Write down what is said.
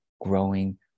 growing